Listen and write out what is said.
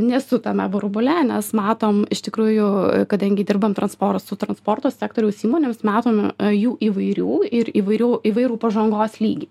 nesu tame burbule nes matom iš tikrųjų kadangi dirbam transpor su transporto sektoriaus įmonėmis matome jų įvairių ir įvairių įvairų pažangos lygį